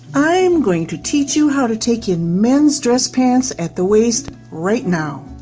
i'm going to teach you how to take in men's dress pants at the waist right now!